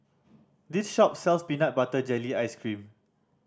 this shop sells peanut butter jelly ice cream